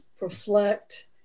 reflect